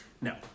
No